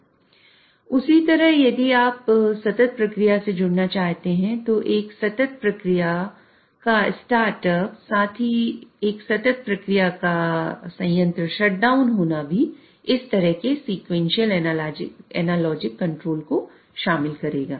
उसी तरह यदि आप सतत प्रक्रिया को शामिल करेगा